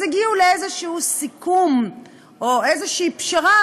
אז הגיעו לאיזה סיכום או איזו פשרה,